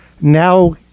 now